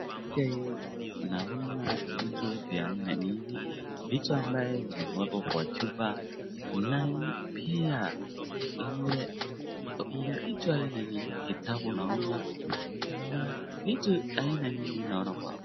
Picha hii naona vitu vya aina nyingi. Vitu ambavyo vimewekwa kwa chupa na pia ile kuna kitu aina ni kitabu naona na vitu aina nyingi naona kwao.